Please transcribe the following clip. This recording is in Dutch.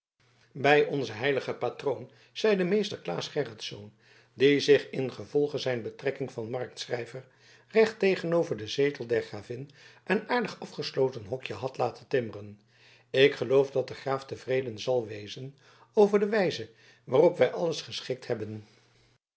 bij onzen heiligen patroon zeide meester claas gerritsz die zich ingevolge zijn betrekking van marktschrijver recht tegenover den zetel der gravin een aardig afgesloten hokje had laten timmeren ik geloof dat de graaf tevreden zal wezen over de wijze waarop wij alles geschikt hebben